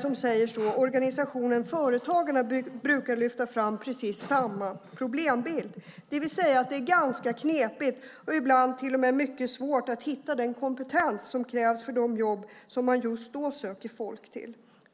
som säger så. Organisationen Företagarna brukar lyfta fram precis samma problembild, det vill säga att det är ganska knepigt och ibland till och med mycket svårt att hitta den kompetens som krävs för de jobb som man just då söker folk till.